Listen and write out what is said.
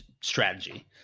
strategy